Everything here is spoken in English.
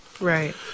right